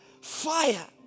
Fire